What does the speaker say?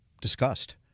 discussed